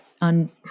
on